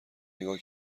نگاه